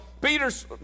Peter's